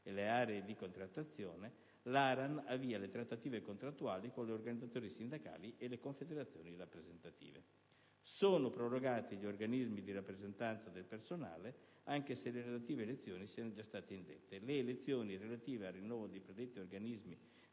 e le aree di contrattazione (...), l'ARAN avvia le trattative contrattuali con le organizzazioni sindacali e le confederazioni rappresentative (...). Sono prorogati gli organismi di rappresentanza del personale anche se le relative elezioni siano state già indette. Le elezioni relative al rinnovo dei predetti organismi